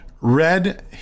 red